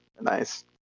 nice